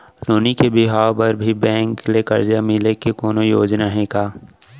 नोनी के बिहाव बर भी बैंक ले करजा मिले के कोनो योजना हे का?